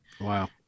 Wow